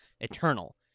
eternal